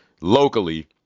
locally